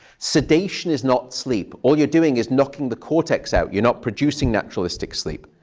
sedation is not sleep. all you're doing is knocking the cortex out. you're not producing naturalistic sleep.